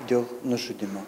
dėl nužudymo